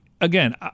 again